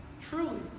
truly